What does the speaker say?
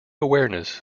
awareness